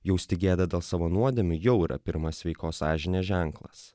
jausti gėdą dėl savo nuodėmių jau yra pirmas sveikos sąžinės ženklas